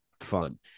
fun